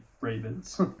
Ravens